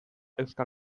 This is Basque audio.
euskal